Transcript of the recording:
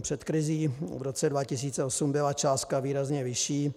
Před krizí v roce 2008 byla částka výrazně vyšší.